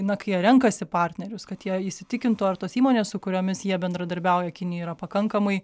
na kai jie renkasi partnerius kad jie įsitikintų ar tos įmonės su kuriomis jie bendradarbiauja kinijoj yra pakankamai